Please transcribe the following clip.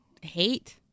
hate